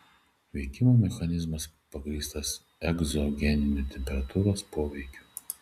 veikimo mechanizmas pagrįstas egzogeniniu temperatūros poveikiu